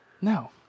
No